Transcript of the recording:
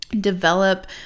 develop